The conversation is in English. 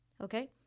Okay